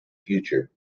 future